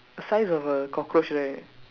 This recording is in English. size of a cockroach right